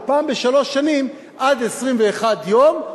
ופעם בשלוש שנים עד 21 יום,